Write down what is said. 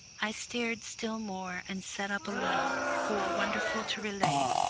i stared still more, and sat up a little, for, wonderful to relate,